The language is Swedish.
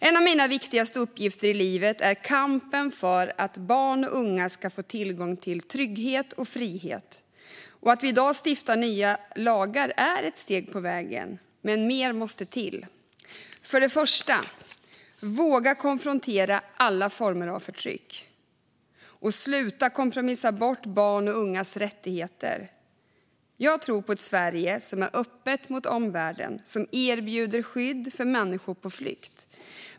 En av mina viktigaste uppgifter i livet är kampen för att barn och unga ska få tillgång till trygghet och frihet. Att vi i dag stiftar nya lagar är ett steg på vägen, men mer måste till. För det första måste vi våga konfrontera alla former av förtryck och sluta kompromissa bort barns och ungas rättigheter. Jag tror på ett Sverige som är öppet mot omvärlden och som erbjuder skydd för människor på flykt.